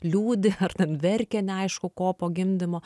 liūdi ar ten verkia neaišku ko po gimdymo